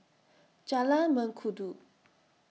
Jalan Mengkudu